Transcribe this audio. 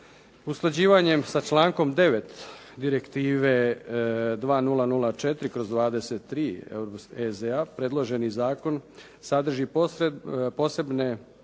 Usklađivanjem sa člankom 9. Direktive 2004/23 EZ-a, predloženi zakon sadrži posebne